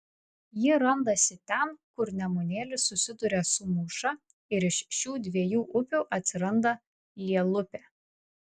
ji randasi ten kur nemunėlis susiduria su mūša ir iš šių dviejų upių atsiranda lielupė